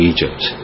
Egypt